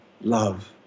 love